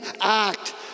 act